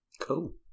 Cool